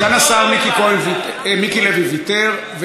סגן השר מיקי לוי, ויתר.